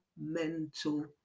mental